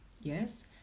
yes